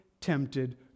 tempted